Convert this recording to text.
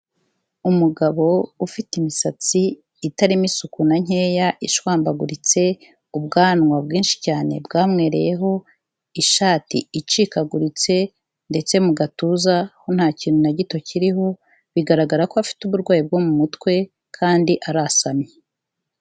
Umugabo ufite imisatsi itarimo isuku na nkeya, ishwambaguritse, ubwanwa bwinshi cyane bwamwereyeho, ishati icikaguritse ndetse mu gatuza ho nta kintu na gito kiriho, bigaragara ko afite uburwayi bwo mu mutwe kandi arasamye.